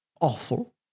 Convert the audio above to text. awful